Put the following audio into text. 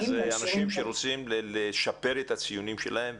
משנה זה אנשים שרוצים לשפר את הציונים שלהם.